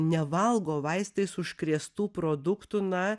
nevalgo vaistais užkrėstų produktų na